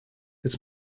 its